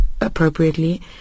appropriately